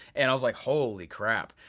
and i was like, holy crap.